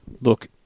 Look